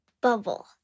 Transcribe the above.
bubble